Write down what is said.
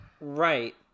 Right